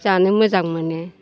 जानो मोजां मोनो